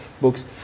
books